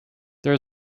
there